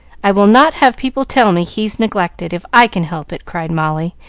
i will not have people tell me he's neglected, if i can help it, cried molly,